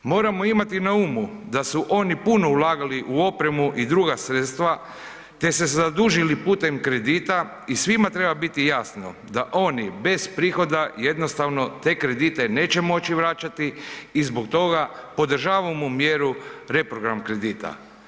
Moramo imati na umu da su oni puno ulagali u opremu i druga sredstva, te se zadužili putem kredita i svima treba biti jasno da oni bez prihoda jednostavno te kredite neće moći vraćati i zbog toga podržavamo mjeru reprogram kredita.